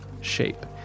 shape